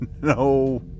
no